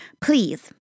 please